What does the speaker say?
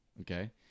okay